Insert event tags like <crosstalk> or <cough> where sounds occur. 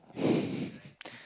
<breath>